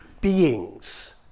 beings